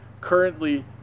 currently